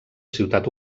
ciutat